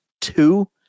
two